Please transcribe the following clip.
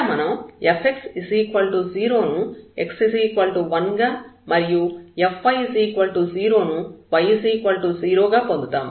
ఇక్కడ మనం fx 0 ను x 1 గా మరియు fy0 ను y 0 గా పొందుతాము